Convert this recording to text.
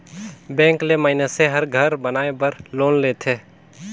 bank ले मइनसे हर घर बनाए बर लोन लेथे